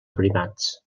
primats